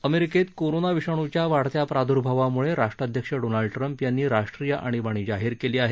अमेरिकेत कोरोना विषाणुच्या वाढत्या प्रादुर्भावामुळे राष्ट्राध्यक्ष डोनाल्ड ट्रम्प यांनी राष्ट्रीय आणीबाणी जाहीर केली आहे